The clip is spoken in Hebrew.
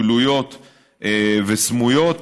גלויות וסמויות,